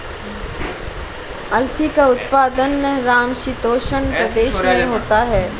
अलसी का उत्पादन समशीतोष्ण प्रदेश में होता है